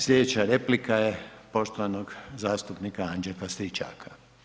Slijedeća replika je poštovanog zastupnika Anđela Stričaka.